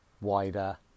wider